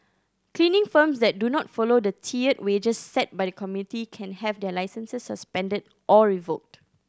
cleaning firms that do not follow the tiered wages set by the committee can have their licences suspended or revoked